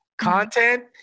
content